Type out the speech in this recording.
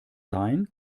sein